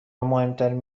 مهمترین